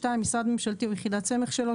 משרד ממשלתי או יחידת סמך שלו,